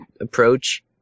approach